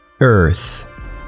Earth